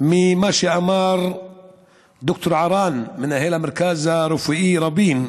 ממה שאמר ד"ר ערן, מנהל המרכז הרפואי רבין: